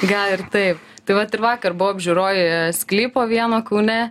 gal ir taip tai vat ir vakar buvau apžiūroj sklypo vieno kaune